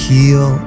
Heal